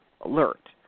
alert